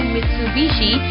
Mitsubishi